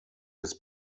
des